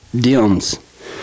dims